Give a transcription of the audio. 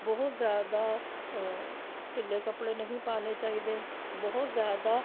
ਬਹੁਤ ਜ਼ਿਆਦਾ ਢਿੱਲੇ ਕੱਪੜੇ ਨਹੀਂ ਪਾਉਣੇ ਚਾਹੀਦੇ ਬਹੁਤ ਜ਼ਿਆਦਾ